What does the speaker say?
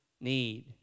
need